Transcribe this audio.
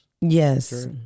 Yes